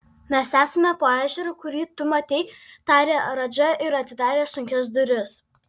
mes esame po ežeru kurį tu matei tarė radža ir atidarė sunkias duris